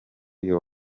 uyu